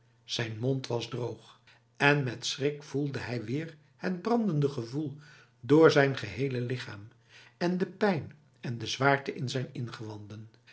zijn mond was droog en met schrik voelde hij weer het brandende gevoel door zijn gehele lichaam en de pijn en de zwaarte in zijn ingewanden